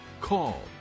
call